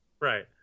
right